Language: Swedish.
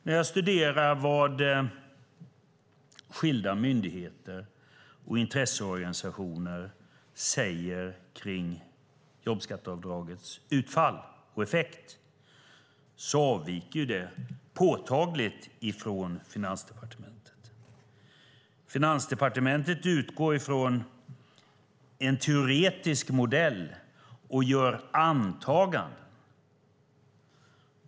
När jag studerar vad skilda myndigheter och intresseorganisationer säger om jobbskatteavdragets utfall och effekt ser jag att det avviker påtagligt från vad Finansdepartementet säger. Finansdepartementet utgår från en teoretisk modell och gör antaganden.